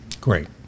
Great